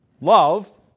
Love